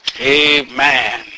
Amen